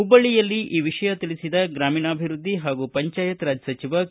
ಹುಬ್ಬಳ್ಳಿಯಲ್ಲಿ ಈ ವಿಷಯ ತಿಳಿಸಿದ ಗ್ರಾಮೀಣಾಭಿವೃದ್ಧಿ ಹಾಗೂ ಪಂಚಾಯತ್ ರಾಜ್ ಸಚಿವ ಕೆ